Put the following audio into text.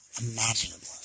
Imaginable